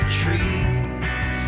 trees